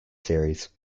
series